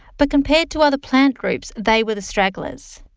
but compared to other plant groups, they were the stragglers.